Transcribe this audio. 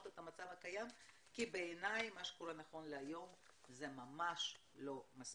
את המצב הקיים כי בעיניי מה שקורה נכון להיום זה ממש לא מספיק.